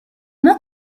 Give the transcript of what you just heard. not